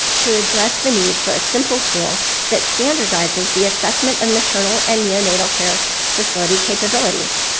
to address the need for a simple tool that standardizes the assessment of maternal and neonatal care facility capabilities.